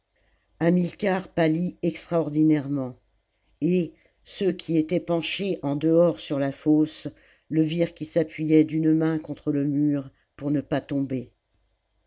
hamilcar pâht extraordmairement et ceux qui étaient penchés en dehors sur la fosse le virent qui s'appuyait d'une mam contre le mur pour ne pas tomber